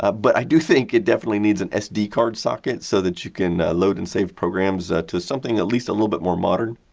but, i do think it definitely needs and sd-card socket so that you can load and save programs to something at least a little bit more modern.